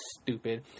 stupid